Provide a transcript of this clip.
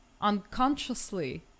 unconsciously